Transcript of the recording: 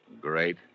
Great